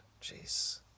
jeez